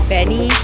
Benny